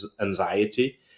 anxiety